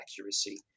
accuracy